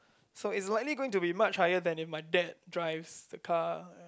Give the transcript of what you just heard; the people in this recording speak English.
so it's likely going to be much higher then if my dad drives to car